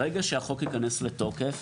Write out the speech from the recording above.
ברגע שהחוק ייכנס לתוקף,